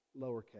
lowercase